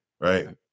right